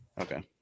Okay